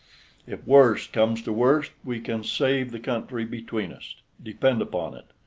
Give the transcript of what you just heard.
if worst comes to worst, we can save the country between us, depend upon it.